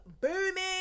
booming